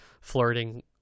flirting